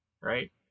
right